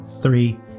three